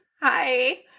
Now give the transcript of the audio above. Hi